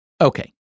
Okay